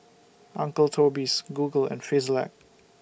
Uncle Toby's Google and Frisolac